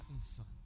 son